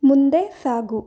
ಮುಂದೆ ಸಾಗು